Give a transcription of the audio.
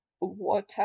water